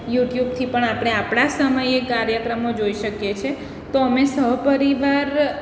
યુટ્યુબથી પણ આપણે આપણા સમયે કાર્યક્રમો જોઈએ શકીએ છીએ તો અમે સહપરિવાર